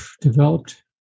developed